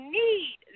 need